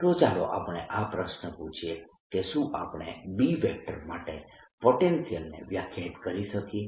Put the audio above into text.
તો ચાલો આપણે આ પ્રશ્ન પૂછીએ કે શું આપણે B માટે પોટેનિશ્યિલને વ્યાખ્યાયિત કરી શકીએ